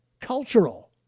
cultural